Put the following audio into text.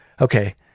Okay